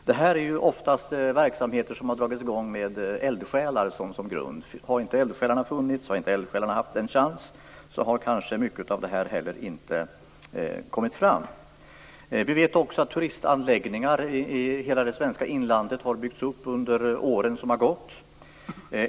Detta är ofta verksamheter som har dragits i gång med eldsjälar som grund. Om inga eldsjälar hade funnits eller om de inte hade haft en chans skulle många av de här verksamheterna inte ha kommit i gång. Vi vet också att turistanläggningar i hela det svenska inlandet har byggts upp under åren som gått.